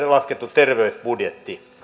terveysbudjetti